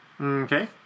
Okay